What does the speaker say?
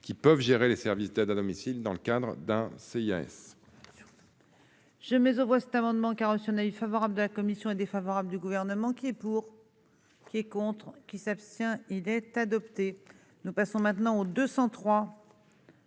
EPCI peuvent gérer les services d'aide à domicile dans le cadre d'un